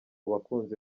bakunzi